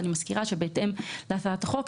אני מזכירה שבהתאם להצעת החוק,